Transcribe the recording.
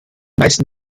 meisten